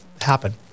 happen